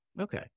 Okay